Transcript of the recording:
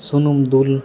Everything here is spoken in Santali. ᱥᱩᱱᱩᱢ ᱫᱩᱞ